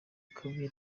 kabuye